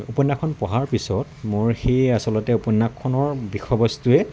উপন্যাসখন পঢ়াৰ পিছত মোৰ সেই আচলতে উপন্যাসখনৰ বিষয়বস্তুৱে